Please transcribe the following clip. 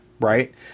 right